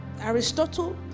Aristotle